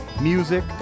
music